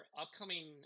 upcoming